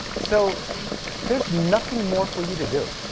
so there is nothing more for you to do.